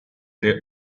they